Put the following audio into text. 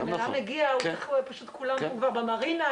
כשבן אדם מגיע פשוט הוא כבר במרינה,